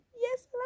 yes